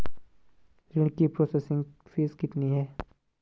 ऋण की processing fee कितनी है?